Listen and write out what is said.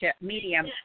medium